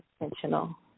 intentional